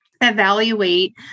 evaluate